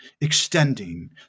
extending